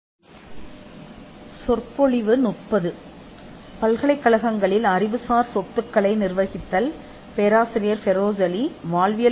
கண்டுபிடிப்புகளுக்கு அவற்றின் சொந்த காரணம் இருக்கிறது